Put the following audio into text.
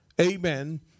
amen